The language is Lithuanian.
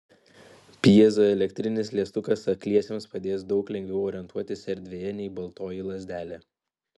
pjezoelektrinis liestukas akliesiems padės daug lengviau orientuotis erdvėje nei baltoji lazdelė